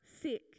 sick